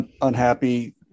unhappy